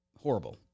horrible